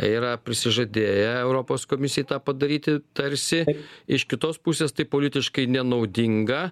yra prisižadėję europos komisijai tą padaryti tarsi iš kitos pusės tai politiškai nenaudinga